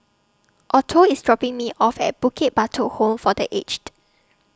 Otho IS dropping Me off At Bukit Batok Home For The Aged